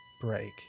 break